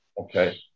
Okay